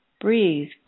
Breathe